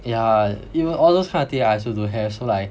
yeah even all those kind of thing I also don't have so like